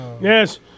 Yes